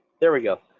there we go.